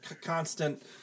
constant